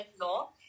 law